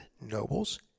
Nobles